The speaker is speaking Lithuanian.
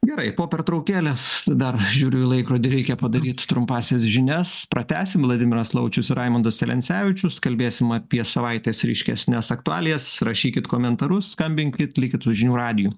gerai po pertraukėlės dar žiūriu į laikrodį reikia padaryt trumpąsias žinias pratęsim vladimiras laučius raimundas celencevičius kalbėsim apie savaitės ryškesnes aktualijas rašykit komentarus skambinkit likit su žinių radiju